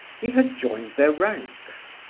he had joined their ranks.